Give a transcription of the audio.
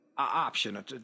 option